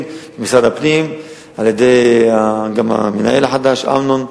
במשרד הפנים על-ידי המנהל החדש אמנון.